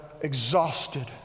exhausted